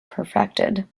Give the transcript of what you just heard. perfected